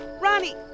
Ronnie